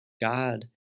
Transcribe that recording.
God